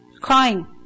crying